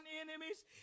enemies